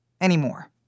anymore